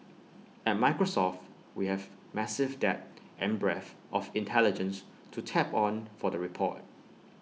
at Microsoft we have massive depth and breadth of intelligence to tap on for the report